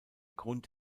grund